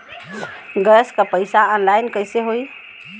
Gas क पैसा online कइसे होई?